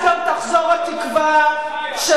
את מנותקת מהמציאות.